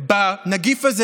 בנגיף הזה,